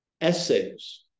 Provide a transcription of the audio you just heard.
essays